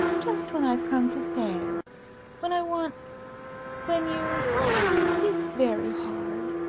just when i've come to say when i want when you it's very hard